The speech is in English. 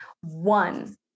One